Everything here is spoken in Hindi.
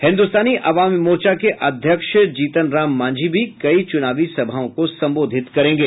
हिन्दुस्तानी अवाम मोर्चा के अध्यक्ष जीतन राम मांझी भी कई चुनावी सभाओं को संबोधित करेंगे